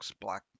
black